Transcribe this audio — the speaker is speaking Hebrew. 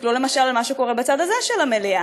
תסתכלו למשל על מה שקורה בצד הזה של המליאה,